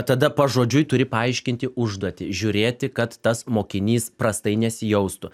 tada pažodžiui turi paaiškinti užduotį žiūrėti kad tas mokinys prastai nesijaustų